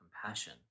compassion